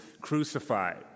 crucified